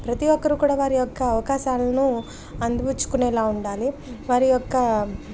ప్రతి ఒక్కరూ కూడా వారి యొక్క అవకాశాలను అందిబుచ్చుకునేలా ఉండాలి వారి యొక్క